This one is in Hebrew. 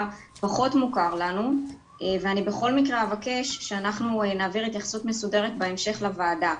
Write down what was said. אני מציעה ומבקשת שאנחנו נעביר התייחסות מסודרת לכל הנושא,